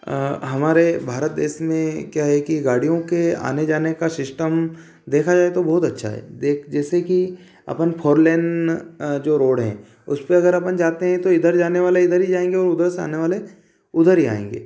हमारे भारत देश में क्या है कि गाड़ियों के आने जाने का शिश्टम देखा जाए तो बहुत अच्छा है जैसे कि अपन फोर लेन जो रोड है उस पर अगर अपन जाते हैं इधर जाने वाले इधर ही जाएँगे और उधर से आने वाले उधर ही आएँगे